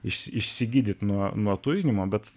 išsigydyti nuo nuo tujinimo bet